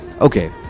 okay